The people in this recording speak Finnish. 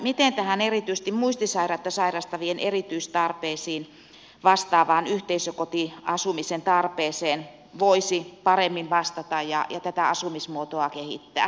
miten tähän erityisesti muistisairautta sairastavien erityistarpeisiin vastaavaan yhteisökotiasumisen tarpeeseen voisi paremmin vastata ja tätä asumismuotoa kehittää